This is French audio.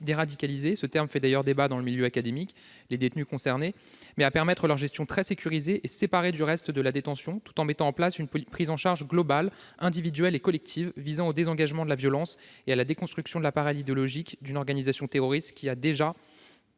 déradicaliser »- ce terme fait d'ailleurs débat dans le milieu académique -les détenus concernés, mais à permettre leur gestion très sécurisée et séparée du reste de la détention, tout en mettant en place une prise en charge globale, individuelle et collective, visant au désengagement de la violence et à la déconstruction de l'appareil idéologique d'une organisation terroriste qui a déjà,